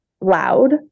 loud